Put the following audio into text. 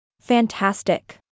Fantastic